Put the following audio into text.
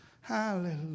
hallelujah